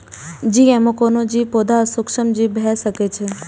GMO कोनो जीव, पौधा आ सूक्ष्मजीव भए सकै छै